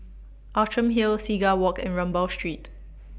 Outram Hill Seagull Walk and Rambau Street